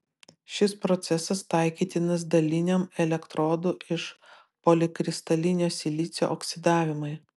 šis procesas taikytinas daliniam elektrodų iš polikristalinio silicio oksidavimui